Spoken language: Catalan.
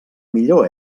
millor